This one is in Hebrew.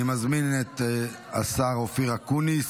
אני מזמין את השר אופיר אקוניס,